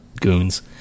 goons